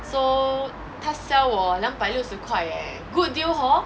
so 他 sell 我两百六十块 eh good deal hor